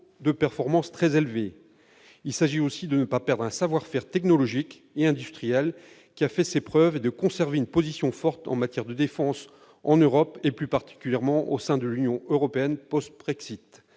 de performance. Il s'agit aussi de ne pas perdre un savoir-faire technologique et industriel qui a fait ses preuves et de conserver une position forte en matière de défense en Europe, plus particulièrement au sein de l'Union européenne post-Brexit.